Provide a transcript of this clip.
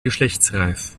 geschlechtsreif